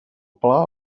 pla